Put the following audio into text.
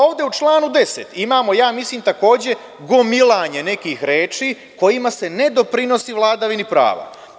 Ovde u članu 10. imamo, ja mislim, takođe gomilanje nekih reči kojima se ne doprinosi vladavini prava.